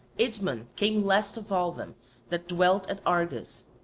idmon came last of all them that dwelt at argos,